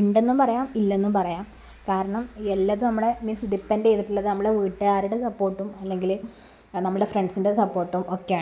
ഉണ്ടെന്നും പറയാം ഇല്ലെന്നും പറയാം കാരണം എല്ലാതും നമ്മളുടെ മീൻസ് ഡിപ്പെൻഡ് ചെയ്തിട്ടുള്ളത് നമ്മളുടെ വീട്ടുകാരുടെ സപ്പോർട്ടും അല്ലെങ്കിൽ നമ്മുടെ ഫ്രണ്ട്സിൻ്റെ സപ്പോർട്ടും ഒക്കെയാണ്